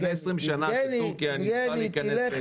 לפני 20 שנה כשטורקיה ניסתה --- רגע יבגני,